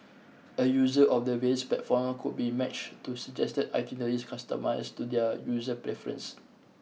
a user of the various platforms could be matched to suggested itineraries customised to their user preference